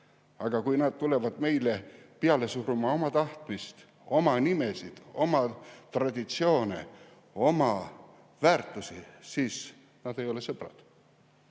Aga kui nad tulevad meile peale suruma oma tahtmist, oma nimesid, oma traditsioone, oma väärtusi, siis nad ei ole sõbrad.